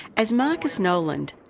as marcus noland,